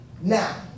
Now